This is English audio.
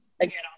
again